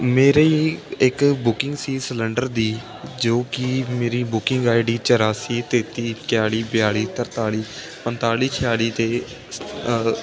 ਮੇਰੀ ਇੱਕ ਬੁਕਿੰਗ ਸੀ ਸਿਲੰਡਰ ਦੀ ਜੋ ਕਿ ਮੇਰੀ ਬੁਕਿੰਗ ਆਈਡੀ ਚੌਰਾਸੀ ਤੇਤੀ ਇਕਤਾਲੀ ਬਿਆਲੀ ਤਰਤਾਲੀ ਪੰਤਾਲੀ ਛਿਆਲੀ 'ਤੇ